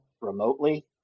remotely